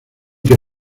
que